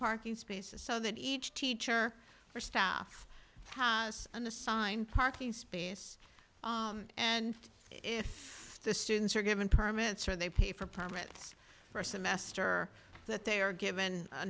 parking spaces so that each teacher or staff has an assigned parking space and if the students are given permits or they pay for permits for a semester or that they are given a